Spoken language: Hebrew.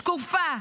שקופה,